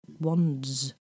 wands